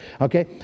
Okay